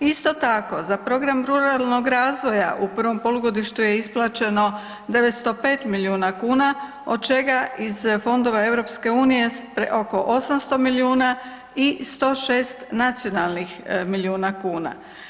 Isto tako za program ruralnog razvoja u prvom polugodištu je isplaćeno 905 milijuna kuna, od čega iz fondova Europske unije oko 800 milijuna i 106 nacionalnih milijuna kuna.